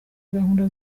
gahunda